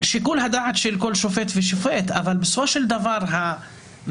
שיקול הדעת של כל שופט ושופט אבל בסופו של דבר המסה